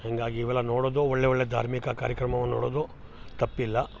ಹೀಗಾಗಿ ಇವೆಲ್ಲ ನೋಡೋದು ಒಳ್ಳೆಯ ಒಳ್ಳೆಯ ಧಾರ್ಮಿಕ ಕಾರ್ಯಕ್ರಮವನ್ನು ನೋಡೋದು ತಪ್ಪಿಲ್ಲ